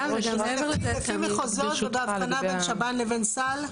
לפי מחוזות ובהבחנה בין שב"ן לבין סל?